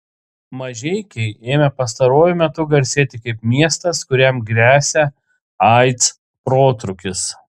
mažeikiai ėmė pastaruoju metu garsėti kaip miestas kuriam gresia aids protrūkis